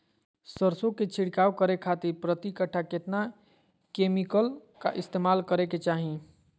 सरसों के छिड़काव करे खातिर प्रति कट्ठा कितना केमिकल का इस्तेमाल करे के चाही?